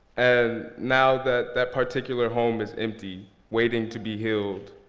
and now that that particular home is empty waiting to be healed,